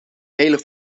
heilig